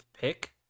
pick